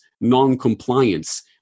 non-compliance